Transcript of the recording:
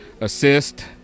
assist